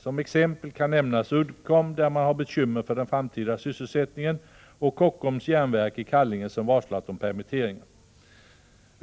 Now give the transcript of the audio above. Som exempel kan nämnas Uddcomb, där man har bekymmer för den framtida sysselsättningen, och Kockums järnverk i Kallinge, som varslat om permitteringar.